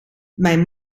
mijn